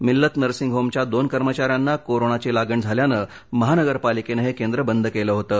मिल्लत nursing होमच्या दोन कर्मचाऱ्यांना कोरोनाची लागण झाल्यानं महानगरपालिकेने हे केंद्र बंद केलं होतं